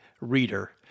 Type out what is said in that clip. Reader